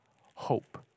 hope